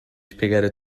spiegare